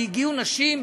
והגיעו נשים,